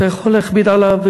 אתה יכול להכביד עליו,